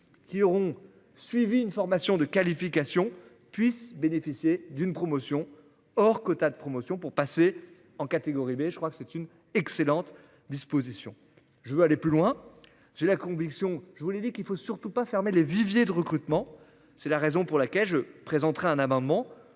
qui auront suivi une formation de qualification puissent bénéficier d'une promotion hors quota de promotion pour passer en catégorie B, je crois que c'est une excellente disposition je veux aller plus loin. J'ai la conviction, je vous l'ai dit qu'il faut surtout pas fermer les viviers de recrutement. C'est la raison pour la cage présenterait un amendement